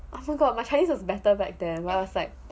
I forgot my chinese is better back when I was like